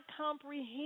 comprehend